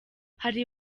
hari